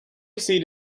seat